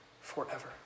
forever